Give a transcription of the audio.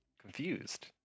confused